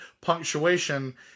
punctuation